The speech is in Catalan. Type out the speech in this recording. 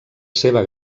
seva